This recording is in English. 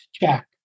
Jack